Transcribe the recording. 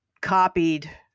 copied